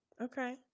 okay